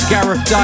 Gareth